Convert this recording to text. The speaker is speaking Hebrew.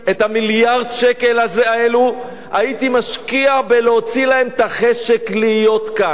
את מיליארד השקל האלה הייתי משקיע בלהוציא את החשק להיות כאן,